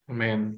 Amen